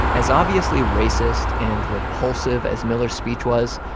as obviously racist and repulsive as miller's speech was,